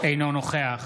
אינו נוכח